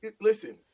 Listen